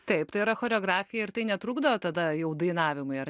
taip tai yra choreografija ir tai netrukdo tada jau dainavimui ar